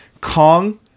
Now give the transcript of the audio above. Kong